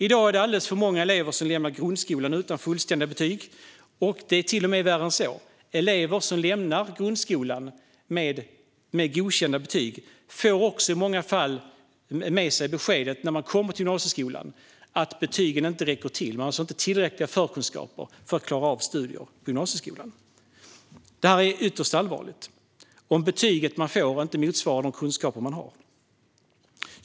I dag är det alldeles för många elever som lämnar grundskolan utan fullständiga betyg. Det är till och med värre än så: Elever som lämnar grundskolan med godkända betyg får också i många fall med sig beskedet när man kommer till gymnasieskolan att betygen inte räcker till. Man har alltså inte tillräckliga förkunskaper för att klara av studier på gymnasieskolan. Det är ytterst allvarligt om betyget man får inte motsvarar de kunskaper man har.